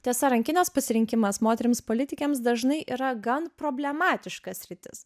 tiesa rankinės pasirinkimas moterims politikėms dažnai yra gan problematiška sritis